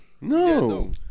No